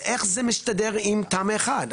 אז איך זה מסתדר עם תמ"א1?